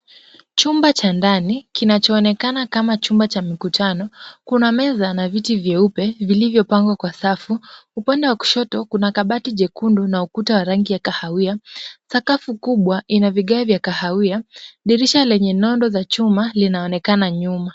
Chumba cha ndani kinachoonekana kama chumba cha mikutano. Kuna meza na viti vyeupe vilivyopangwa kwa safu. Upande wa kushoto kuna kabati jekundu na ukuta wa rangi ya kahawia. Sakafu kubwa ina vigae vya kahawia. Dirisha lenye nondo za chuma linaonekana nyuma.